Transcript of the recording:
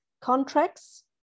contracts